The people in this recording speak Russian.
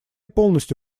полностью